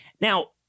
now